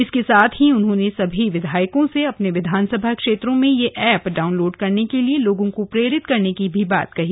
इसके साथ ही उन्होने सभी विधायको से अपने विधानसभा क्षेत्रों में यह ऐप डाउनलोड करने के लिए लोगों को प्रेरित करने की बात कही